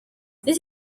this